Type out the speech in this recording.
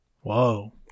Whoa